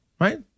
Right